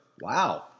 Wow